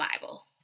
Bible